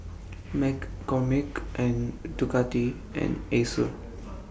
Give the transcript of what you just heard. McCormick Ducati and Acer